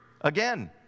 Again